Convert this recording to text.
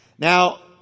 Now